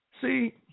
See